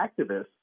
activists